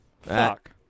Fuck